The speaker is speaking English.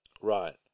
right